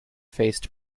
faced